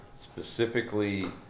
specifically